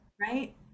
Right